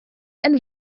and